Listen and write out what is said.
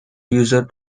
user